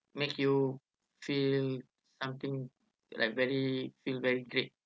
make you feel something like very feel very great